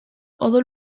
odol